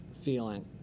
feeling